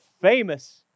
famous